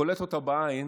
קולט אותה בעין